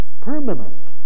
Permanent